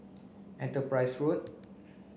Enterprise Road